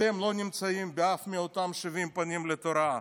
אתם לא נמצאים באף אחד מאותם שבעים פנים לתורה.